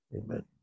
Amen